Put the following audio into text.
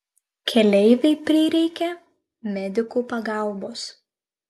keleivei prireikė medikų pagalbos